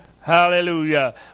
Hallelujah